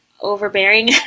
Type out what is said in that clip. overbearing